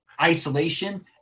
isolation